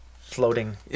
floating